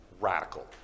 Radical